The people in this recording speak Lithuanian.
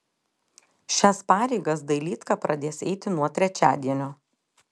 šias pareigas dailydka pradės eiti nuo trečiadienio